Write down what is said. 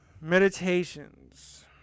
meditations